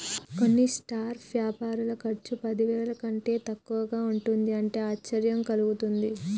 కొన్ని స్టార్టప్ వ్యాపారుల ఖర్చు పదివేల కంటే తక్కువగా ఉంటుంది అంటే ఆశ్చర్యం కలుగుతుంది